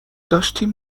داشتیم